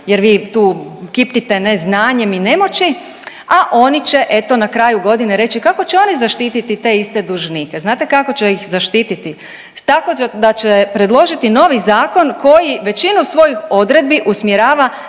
jer vi tu kiptite neznanjem i nemoći, a oni će eto na kraju godine reći kako će oni zaštiti te iste dužnike. Znate kako će ih zaštiti? Tako da će predložiti novi zakon koji većinu svojih odredbi usmjerava